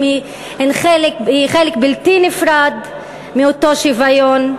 היא חלק בלתי נפרד מאותו שוויון.